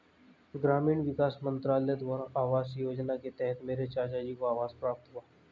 ग्रामीण विकास मंत्रालय द्वारा आवास योजना के तहत मेरे चाचाजी को आवास प्राप्त हुआ